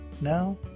Now